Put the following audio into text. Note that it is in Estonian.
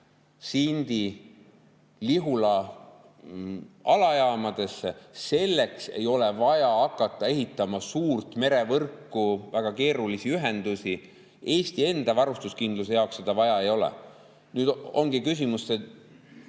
Sindi ja Lihula alajaama. Selleks ei ole vaja hakata ehitama suurt merevõrku ja neid väga keerulisi ühendusi. Eesti enda varustuskindluse jaoks seda vaja ei ole. Nüüd ongi küsimus,